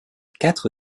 quatre